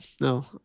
no